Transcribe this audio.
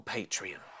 Patreon